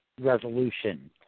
resolution